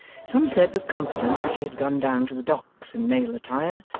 some said with confidence that she had gone down to the docks in male attire,